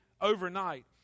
overnight